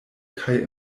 kaj